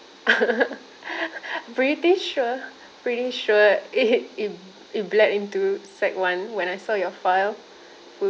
pretty sure pretty sure it it bled into secondary one when I saw your file full